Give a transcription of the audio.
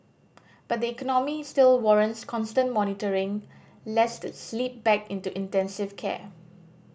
but the economy still warrants constant monitoring lest it slip back into intensive care